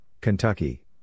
Kentucky